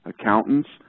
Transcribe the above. accountants